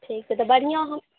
ठीक छै तऽ बढ़िआँ अहाँ